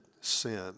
sin